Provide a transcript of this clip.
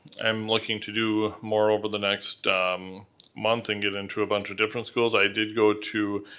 i'm looking to do more over the next um month and get into a bunch of different schools. i did go to